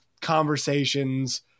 conversations